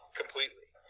completely